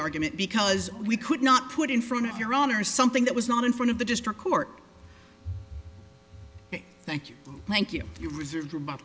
argument because we could not put in front of your honor something that was not in front of the district court thank you thank you you reserve your bu